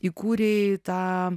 įkūrei tą